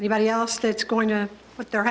anybody else that's going to with their